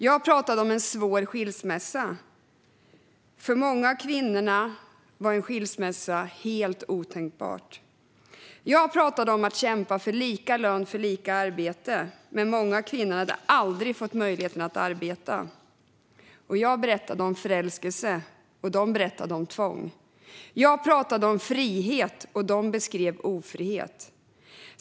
Jag pratade om en svår skilsmässa - för många av kvinnorna var en skilsmässa helt otänkbar. Jag pratade om att kämpa för lika lön för lika arbete, men många av kvinnorna hade aldrig fått möjligheten att arbeta. Jag berättade om förälskelse, och de berättade om tvång. Jag pratade om frihet, och de beskrev ofrihet.